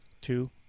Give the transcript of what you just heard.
two